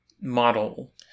model